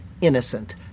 innocent